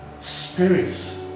spirits